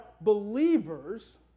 believers